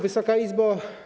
Wysoka Izbo!